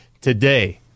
today